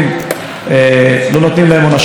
לפחות שימצו את העונשים שנתנו להם.